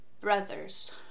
brothers